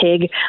pig